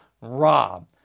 rob